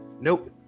Nope